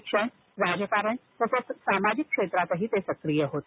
शिक्षण राजकारण तसच सामाजिक क्षेत्रात ते सक्रिय होते